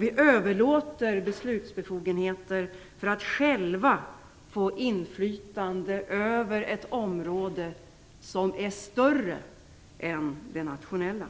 Vi överlåter beslutsbefogenheter för att själva få inflytande över ett område som är större än det nationella.